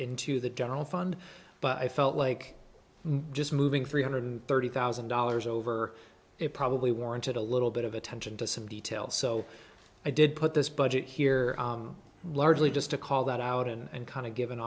into the general fund but i felt like just moving three hundred thirty thousand dollars over it probably warranted a little bit of attention to some details so i did put this budget here largely just to call that out and kind of give an